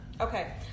okay